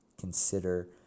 consider